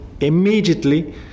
immediately